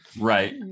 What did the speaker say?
Right